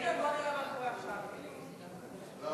ההסתייגות של חבר הכנסת מיקי רוזנטל לסעיף 8 לא